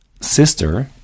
sister